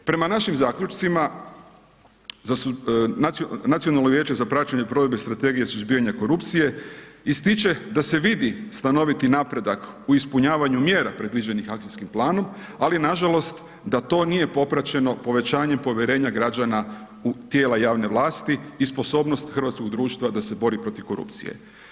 Prema našim zaključcima, Nacionalno vijeće za praćenje provedbe strategije suzbijanja korupcije, ističe da se vidi stanoviti napredak, u ispunjavanju mjera, predviđenim akcijskim planom, ali nažalost, da to nije popraćeno povećanje povjerenja građana u tijela javne vlasti i sposobnost hrvatskog društva da se bori protiv korupcije.